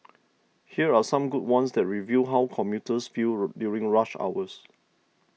here are some good ones that reveal how commuters feel during rush hour